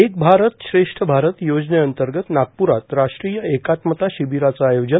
एक भारत श्रेष्ठ भारत योजनेअंतर्गत नागप्रात राष्ट्रीय एकात्मता शिबिराचं आयोजन